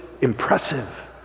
impressive